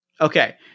Okay